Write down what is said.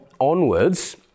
onwards